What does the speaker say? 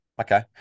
Okay